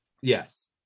yes